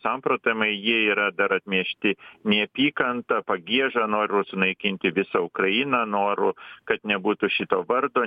samprotavimai jie yra dar atmiešti neapykanta pagieža noru sunaikinti visą ukrainą noru kad nebūtų šito vardo